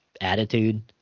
attitude